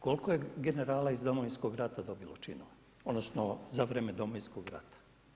Koliko je generala iz Domovinskog rata dobilo činove odnosno za vrijeme Domovinskog rata?